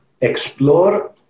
explore